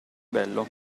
bello